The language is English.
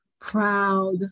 proud